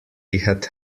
had